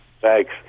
Thanks